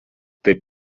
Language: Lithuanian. taip